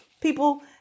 people